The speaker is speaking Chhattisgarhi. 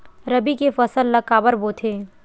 रबी के फसल ला काबर बोथे?